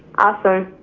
awesome.